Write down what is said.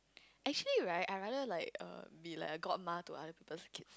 actually right I rather like err be like a god ma to other people kids